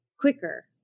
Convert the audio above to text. quicker